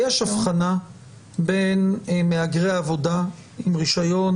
יש הבחנה בין מהגרי עבודה עם רישיון